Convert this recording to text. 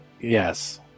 Yes